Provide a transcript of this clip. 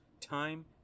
time